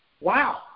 wow